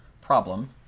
problem